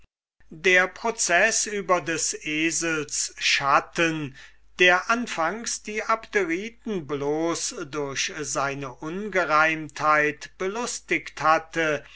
der proceß über des esels schatten der anfangs die abderiten bloß durch seine ungereimtheit belustigt hatte